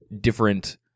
different